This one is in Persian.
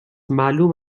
معلوم